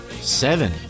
seven